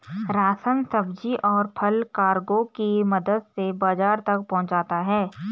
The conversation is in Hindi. राशन, सब्जी, और फल कार्गो की मदद से बाजार तक पहुंचता है